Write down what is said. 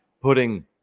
putting